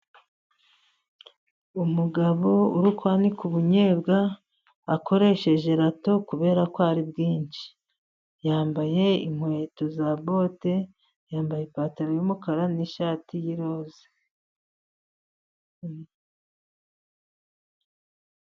Umugabo uri kwanika ubunyobwa akoresheje lato kubera ko ari bwinshi, yambaye inkweto za bote, yambaye ipantaro y'umukara n'ishati y'iroza.